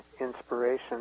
inspiration